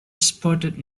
sported